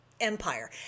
empire